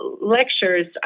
lectures